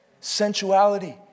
sensuality